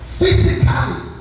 physically